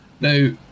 Now